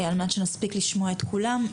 על מנת שנספיק לשמוע את כולם.